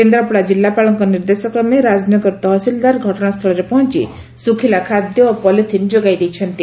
କେନ୍ଦ୍ରାପଡ଼ା ଜିଲ୍ଲାପାଳଙ୍କ ନିର୍ଦ୍ଦେଶକ୍ରମେ ରାଜନଗର ତହସିଲ୍ଦାର ଘଟଣାସ୍ସଳରେ ପହଞ୍ ଶୁଖିଲା ଖାଦ୍ୟ ଓ ପଲିଥିନ୍ ଯୋଗାଇ ଦେଇଛନ୍ତି